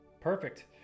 Perfect